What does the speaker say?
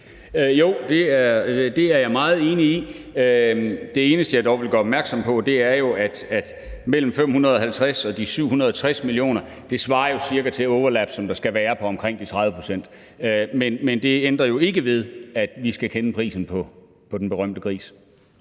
Det er jeg meget enig i. Det eneste, jeg dog vil gøre opmærksom på, er, at forskellen mellem de 550 mio. kr. og de 760 mio. kr. cirka svarer til det overlap, der skal være, på omkring de 30 pct. Men det ændrer jo ikke ved, at vi skal kende prisen på den berømte gris.